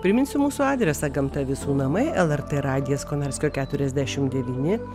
priminsiu mūsų adresą gamta visų namai lrt radijas konarskio keturiasdešimt devyni